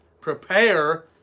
Prepare